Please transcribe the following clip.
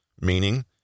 meaning